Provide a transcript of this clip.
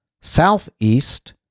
Southeast